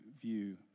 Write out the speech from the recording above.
view